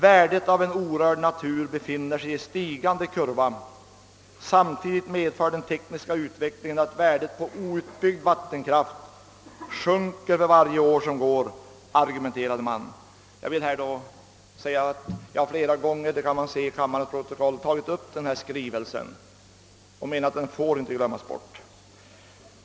Värdet av en orörd natur befinner sig i en stigande kurva, samtidigt medför den tekniska utvecklingen att värdet på outbyggd vattenkraft sjunker för varje år som går, argumenterade man.» Jag har flera gånger — det kan man se i kammarens protokoll — tagit upp denna skrivelse och hävdat att den inte får glömmas bort.